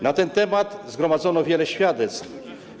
Na ten temat zgromadzono wiele świadectw.